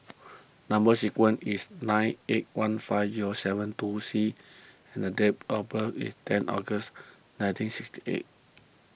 Number Sequence is nine eight one five zero seven two C and the date of birth is ten August nineteen sixty eight